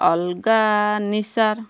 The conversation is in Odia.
ଅର୍ଗାନିକ୍ସ୍ର